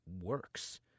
works